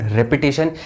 repetition